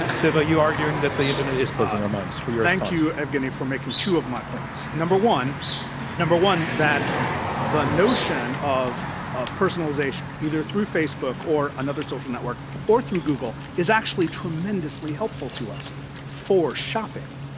ah siva you arguing that the internet is closing our minds for your response. thank you, evgeny, for making two of my points. number one number one that the notion of of personalization, either through facebook or another social network or through google is actually tremendously helpful to us for shopping.